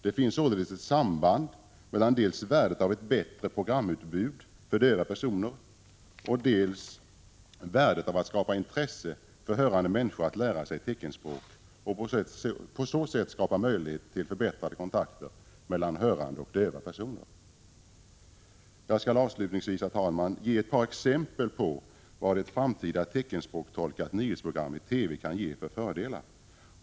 Det finns således ett samband mellan dels värdet av ett bättre programutbud för döva personer, dels värdet av att skapa intresse för hörande människor att lära sig teckenspråk och på så sätt skapa möjlighet till förbättrade kontakter mellan hörande och döva personer. Jag skall avslutningsvis, herr talman, ge ett par exempel på vad ett framtida teckenspråkstolkat nyhetsprogram i TV kan ge för fördelar.